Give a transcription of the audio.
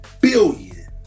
billion